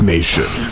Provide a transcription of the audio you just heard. Nation